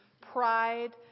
pride